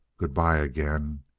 good-by again.